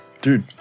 Dude